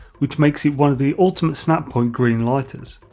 which makes it one of the ultimate snap point green lighters.